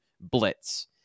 blitz